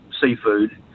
seafood